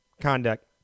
conduct